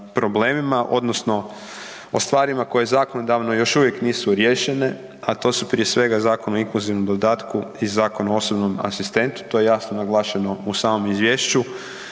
problemima odnosno o stvarima koje zakonodavno još uvijek nisu riješene, a to su prije svega Zakon o inkluzivnom dodatku i Zakon o osobnom asistentu, to je jasno naglašeno u samom izvješću.